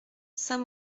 saint